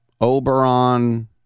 oberon